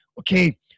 Okay